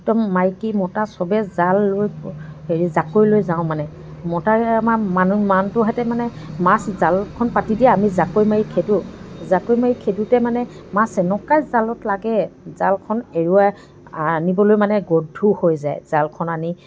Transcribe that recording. একদম মাইকী মতা চবে জাল লৈ হেৰি জাকৈ লৈ যাওঁ মানে মতাই আমাৰ মান মানুহটোহঁতে মানে মাছ জালখন পাতি দিয়ে আমি জাকৈ মাৰি খেদোঁ জাকৈ মাৰি খেদোঁতে মানে মাছ এনেকুৱাই জালত লাগে জালখন এৰুৱাই আনিবলৈ মানে গধুৰ হৈ যায় জালখন আনি